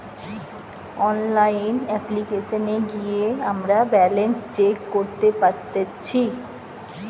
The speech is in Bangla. অনলাইন অপ্লিকেশনে গিয়ে আমরা ব্যালান্স চেক করতে পারতেচ্ছি